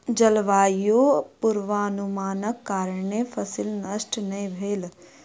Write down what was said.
जलवायु पूर्वानुमानक कारणेँ फसिल नष्ट नै भेल